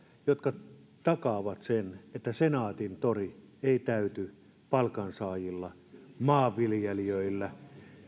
jotka takaavat sen että senaatintori ei täyty palkansaajilla ja maanviljelijöillä